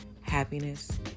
happiness